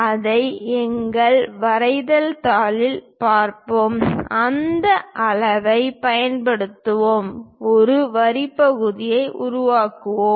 அதை எங்கள் வரைதல் தாளில் பார்ப்போம் ஒரு அளவைப் பயன்படுத்துவோம் ஒரு வரி பகுதியை உருவாக்குவோம்